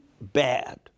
bad